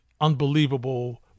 unbelievable